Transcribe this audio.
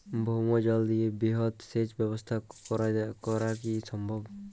ভৌমজল দিয়ে বৃহৎ সেচ ব্যবস্থা করা কি সম্ভব?